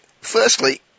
Firstly